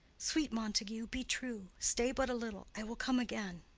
sweet montague, be true. stay but a little, i will come again.